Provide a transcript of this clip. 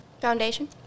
foundation